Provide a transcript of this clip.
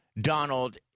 Donald